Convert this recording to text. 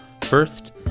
first